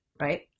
Right